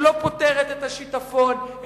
שלא פותרת את השיטפון,